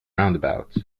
roundabout